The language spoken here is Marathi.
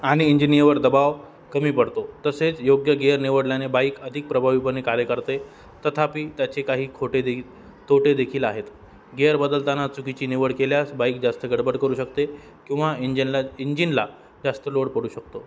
आणि इंजिनीवर दबाव कमी पडतो तसेच योग्य गिअर निवडल्याने बाईक अधिक प्रभावीपणे कार्य करते तथापि त्याचे काही खोटे दे तोटेदेखील आहेत गिअर बदलताना चुकीची निवड केल्यास बाईक जास्त गडबड करू शकते किंवा इंजिनला इंजिनला जास्त लोड पडू शकतो